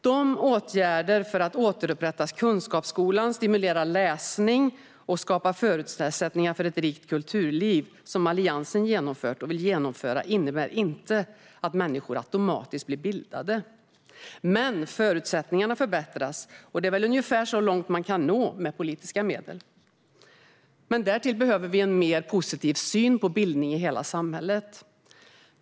De åtgärder för att återupprätta kunskapsskolan, stimulera läsning och skapa förutsättningar för ett rikt kulturliv som Alliansen har genomfört, och vill genomföra, innebär inte att människor automatiskt blir bildade. Men förutsättningarna förbättras, och det är väl ungefär så långt som man kan nå med politiska medel. Därtill behövs en mer positiv syn på bildning i hela samhället.